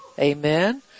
Amen